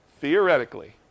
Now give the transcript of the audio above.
theoretically